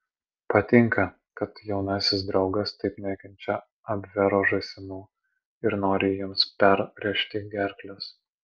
patinka kad jaunasis draugas taip nekenčia abvero žąsinų ir nori jiems perrėžti gerkles